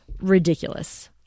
ridiculous